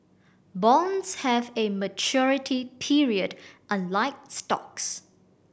bonds have a maturity period unlike stocks